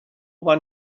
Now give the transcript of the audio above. one